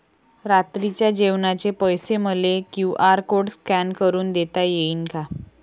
रात्रीच्या जेवणाचे पैसे मले क्यू.आर कोड स्कॅन करून देता येईन का?